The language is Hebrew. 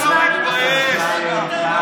חברת הכנסת אבקסיס, פעם שלישית.